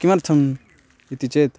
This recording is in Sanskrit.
किमर्थम् इति चेत्